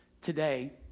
today